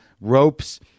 ropes